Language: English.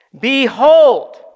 Behold